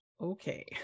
Okay